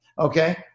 Okay